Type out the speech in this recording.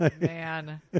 Man